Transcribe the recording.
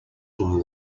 from